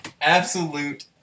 Absolute